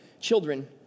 children